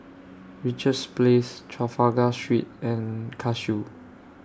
Richards Place Trafalgar Street and Cashew